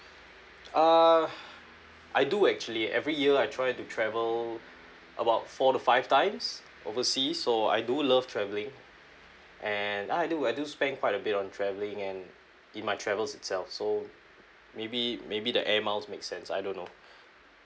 err I do actually every year I try to travel about four to five times oversea so I do love travelling and uh I do I do spend quite a bit on travelling and in my travels itself so maybe maybe the air miles makes sense I don't know